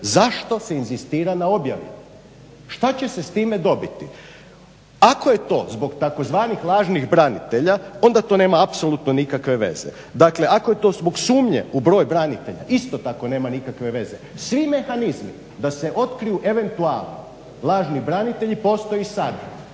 zašto se inzistira na objavi. Šta će se s time dobiti? Ako je to zbog tzv. lažnih branitelja onda to nema apsolutno nikakve veze. Dakle ako je to zbog sumnje u broj branitelja isto tako nema nikakve veze. Svi mehanizmi da se otkriju eventualno lažni branitelji postoji …